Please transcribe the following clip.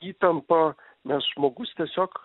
įtampa nes žmogus tiesiog